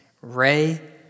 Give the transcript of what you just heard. Ray